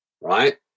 Right